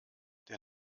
der